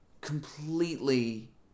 completely